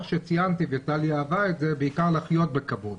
כמו שציינת וטלי אהבה את זה בעיקר לחיות בכבוד.